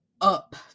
up